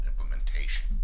implementation